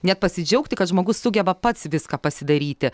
net pasidžiaugti kad žmogus sugeba pats viską pasidaryti